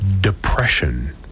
depression